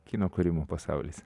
kino kūrimo pasaulis